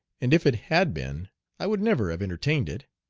and if it had been i would never have entertained it.